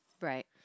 Right